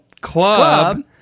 Club